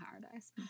paradise